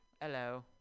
hello